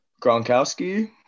Gronkowski